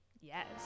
Yes